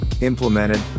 implemented